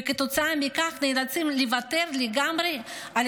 וכתוצאה מכך נאלצים לוותר לגמרי על